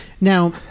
now